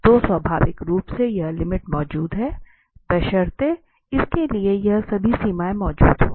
तो स्वाभाविक रूप से यह लिमिट मौजूद है बशर्ते इसके लिए यह सभी सीमाएं मौजूद हों